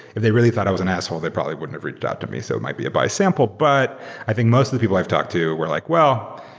if they really thought i was an asshole, they probably wouldn't have reached out to me. so might be a biased sample. but i think most of the people i've talked to were like, well,